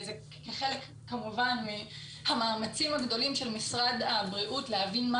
כחלק מהמאמצים הגדולים של משרד הבריאות להבין מה